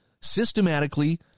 systematically